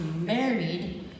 married